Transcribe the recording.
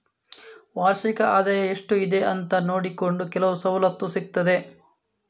ವಾರ್ಷಿಕ ಆದಾಯ ಎಷ್ಟು ಇದೆ ಅಂತ ನೋಡಿಕೊಂಡು ಕೆಲವು ಸವಲತ್ತು ಸಿಗ್ತದೆ